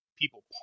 people